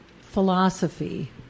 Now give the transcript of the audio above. philosophy